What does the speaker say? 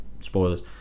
Spoilers